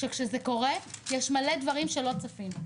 שכשזה קורה יש מלא דברים שלא צפינו.